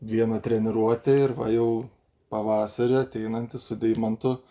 viena treniruotė ir va jau pavasarį ateinantį su deimantu